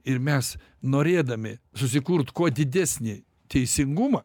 ir mes norėdami susikurt kuo didesnį teisingumą